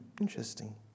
interesting